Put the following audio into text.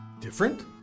Different